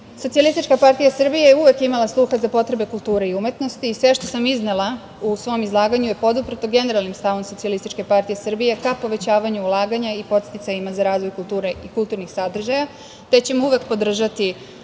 jedra. Socijalistička partija Srbije je uvek imala sluha za potrebe kulture i umetnosti i sve što sam iznela u svom izlaganju je poduprto generalnim stavom SPS ka povećavanju ulaganja i podsticajima za razvoj kulture i kulturnih sadržaja, te ćemo uvek podržati